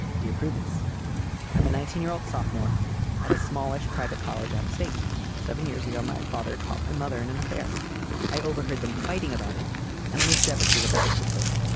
dear prudence i'm a nineteen year old sophomore at a smallish private college out of state seven years ago my father called my mother in an affair i overheard them fighting about it and i was devastated by this betrayal.